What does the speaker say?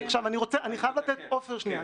עפר, שנייה.